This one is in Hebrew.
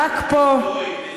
חופש ביזוי.